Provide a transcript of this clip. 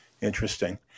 Interesting